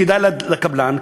כדאי לקבלן,